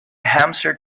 hamster